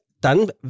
dann